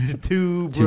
Two